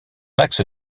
axe